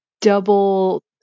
double